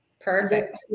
Perfect